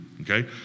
okay